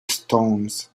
stones